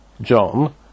John